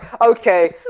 okay